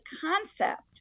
concept